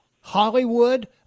Hollywood